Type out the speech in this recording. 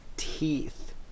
teeth